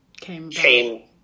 came